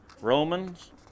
Romans